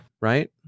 Right